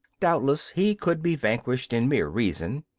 doubtless he could be vanquished in mere reason,